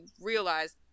realized